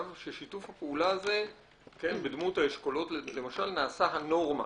ששיתוף הפעולה הזה בדמות האשכולות נעשה הנורמה